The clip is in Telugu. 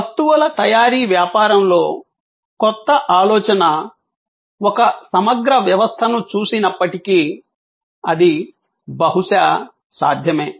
వస్తువుల తయారీ వ్యాపారంలో కొత్త ఆలోచన ఒక సమగ్ర వ్యవస్థను చూసినప్పటికీ అది బహుశా సాధ్యమే